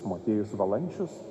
motiejus valančius